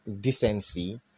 Decency